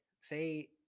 say